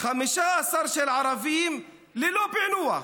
15 של ערבים ללא פענוח,